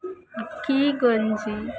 ಅಕ್ಕಿ ಗಂಜಿ